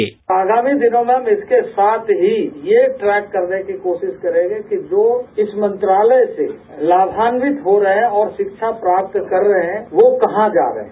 sound bite आगामी दिनों में हम इसके साथ ही ये ट्रैक करने की कोशिश करेंगे कि जो इस मंत्रालय से लामान्वित हो रहे हैं और शिक्षा प्राप्त कर रहे हैं वो कहां जा रहे हैं